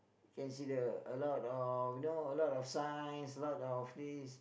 can see the a lot of you know a lot of signs a lot of this